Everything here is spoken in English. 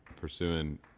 pursuing